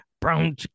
brown